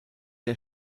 der